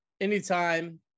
anytime